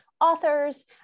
authors